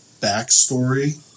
backstory